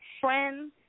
Friends